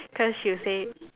cause she'll say